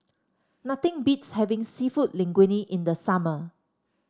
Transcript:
nothing beats having seafood Linguine in the summer